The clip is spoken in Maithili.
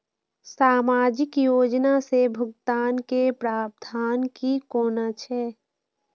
सामाजिक योजना से भुगतान के प्रावधान की कोना छै?